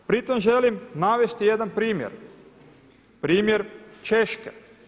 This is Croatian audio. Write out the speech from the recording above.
Pri tome želim navesti jedan primjer, primjer Češke.